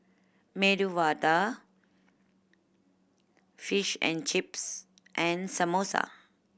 Medu Vada Fish and Chips and Samosa